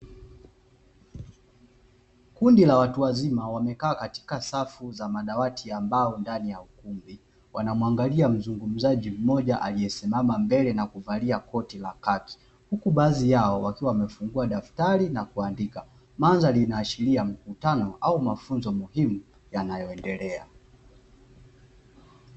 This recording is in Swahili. Kundi la watu wazima wamekaa katika safu za madawati ya mbao ndani ya ukumbi, wanamwangalia mzungumzaji mmoja aliyesimama mbele na kuvalia koti la kaki, huku baadhi yao wakiwa wamefungua daftari na kuandika, mandhari inaashiria mkutano au mafunzo muhimu yanayoendelea.